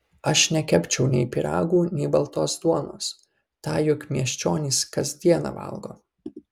aš nekepčiau nei pyragų nei baltos duonos tą juk miesčionys kas dieną valgo